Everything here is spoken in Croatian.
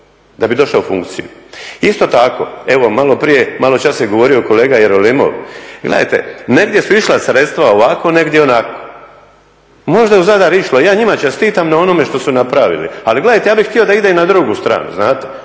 da bi došao u funkciju. Isto tako evo malo prije je govorio kolega Jerolimov, gledajte negdje su išla sredstva ovako negdje onako. Možda je u Zadar išlo, ja njima čestitam na onome što su napravili, ali gledajte ja bih htio da ide i na drugu strane znate.